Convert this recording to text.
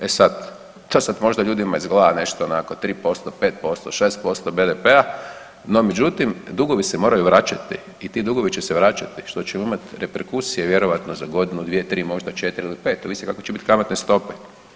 E sada, to sad možda ljudima izgleda nešto onako 3%, 5%, 6% BDP-a no međutim, dugovi se moraju vraćati i ti dugovi će se vraćati što ćemo imati reperkusije vjerojatno za godinu, 2, 3, možda 4 ili 5 ovisi kakve će biti kamatne stope.